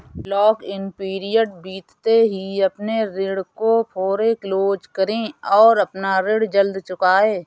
lock in period बीतते ही अपने ऋण को फोरेक्लोज करे और अपना ऋण जल्द चुकाए